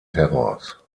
terrors